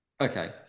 Okay